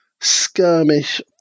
skirmish